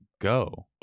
go